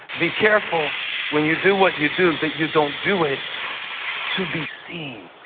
be careful when you do what you do that you don't do it to be seen.